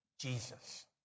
Jesus